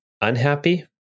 unhappy